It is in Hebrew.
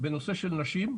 בנושא של נשים.